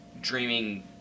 dreaming